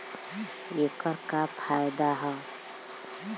ऐकर का फायदा हव?